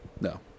No